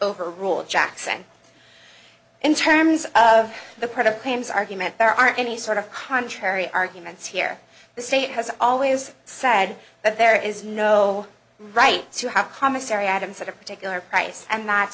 over rule jackson in terms of the product pam's argument there are any sort of contrary arguments here the state has always said that there is no right to have commissary adams at a particular price and not